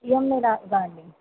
EMI లాగా అండి